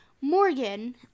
Morgan